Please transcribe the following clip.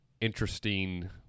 interesting